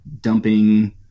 dumping